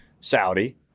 Saudi